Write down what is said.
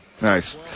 Nice